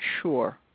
sure